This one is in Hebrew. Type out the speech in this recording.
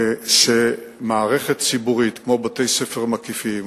שמערכת ציבורית כמו בתי-ספר מקיפים,